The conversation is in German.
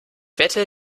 wette